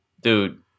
dude